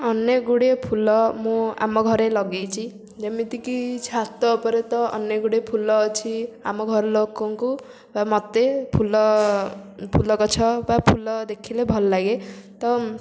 ଅନେକ ଗୁଡ଼ିଏ ଫୁଲ ମୁଁ ଆମ ଘରେ ଲଗେଇଛି ଯେମିତି କି ଛାତ ଉପରେ ତ ଅନେକ ଗୁଡ଼ିଏ ଫୁଲ ଅଛି ଆମ ଘର ଲୋକଙ୍କୁ ବା ମୋତେ ଫୁଲ ଫୁଲ ଗଛ ବା ଫୁଲ ଦେଖିଲେ ଭଲ ଲାଗେ ତ